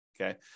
Okay